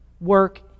work